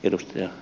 edustaja